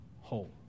whole